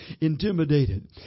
intimidated